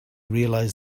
realised